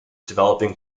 developing